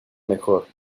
mejor